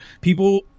people